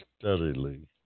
steadily